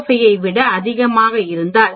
05 ஐ விட அதிகமாக இருந்தால் அது 0